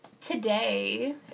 today